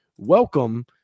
welcome